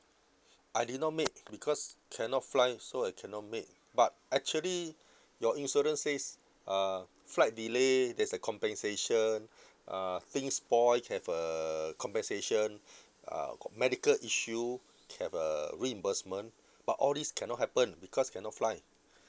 I did not make because cannot fly so I cannot make but actually your insurance says uh flight delay there's a compensation uh things spoil have a compensation uh medical issue have a reimbursement but all these cannot happen because cannot fly